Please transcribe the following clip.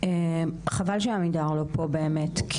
חבל שעמידר לא פה באמת.